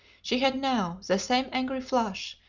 she had now the same angry flush,